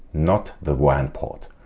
not the wan port.